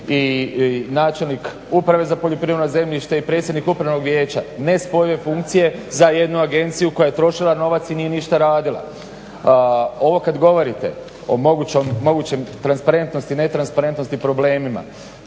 i načelnik uprave za poljoprivredno zemljište i predsjednik upravnog vijeća, nespojive funkcije za jednu agenciju koja je trošila novac i nije ništa radila. Ovo kad govorite o mogućem transparentnosti i netransparentnosti problemima,